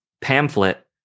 pamphlet